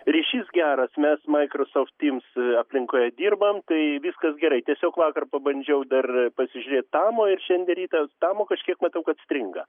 ryšys geras mes microsoft teams aplinkoje dirbam tai viskas gerai tiesiog vakar pabandžiau dar pasižiūrėt tamo ir šiandien rytą tamo kažkiek matau kad stringa